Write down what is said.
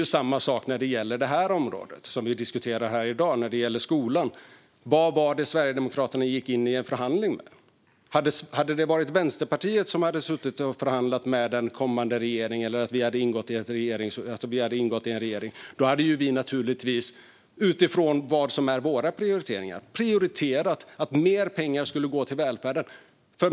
Det är likadant när det gäller området vi diskuterar i dag, skolan. Vad var det Sverigedemokraterna gick in i förhandlingen med? Hade det varit Vänsterpartiet som förhandlat med den kommande regeringen eller om vi hade ingått i en regering hade vi naturligtvis utgått från våra prioriteringar. Vi hade prioriterat att mer pengar skulle gå till välfärden.